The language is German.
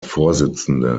vorsitzende